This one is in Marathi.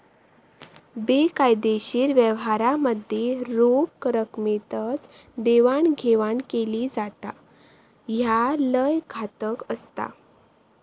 बेकायदेशीर व्यवहारांमध्ये रोख रकमेतच देवाणघेवाण केली जाता, ह्या लय घातक असता